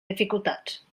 dificultats